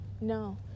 No